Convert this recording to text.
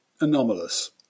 anomalous